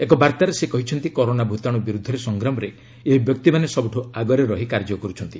ଏକ ବାର୍ତ୍ତାରେ ସେ କହିଛନ୍ତି କରୋନା ଭୂତାଣୁ ବିରୁଦ୍ଧରେ ସଂଗ୍ରାମରେ ଏହି ବ୍ୟକ୍ତିମାନେ ସବୁଠୁ ଆଗରେ ରହି କାର୍ଯ୍ୟ କରୁଛନ୍ତି